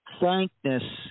Thankness